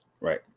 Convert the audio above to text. Right